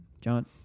John